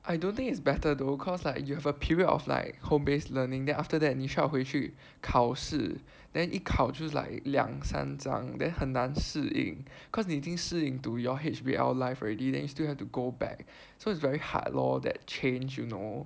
I don't think it's better though cause like you have a period of like home based learning then after that you 需要回去考试 then 一考就 like 两三张 then 很难适应 cause 你已经适应 into your H_B_L life already then you still have to go back so it's very hard lor that change you know